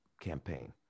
campaign